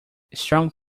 strong